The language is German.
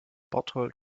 bertold